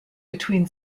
between